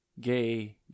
gay